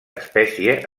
espècie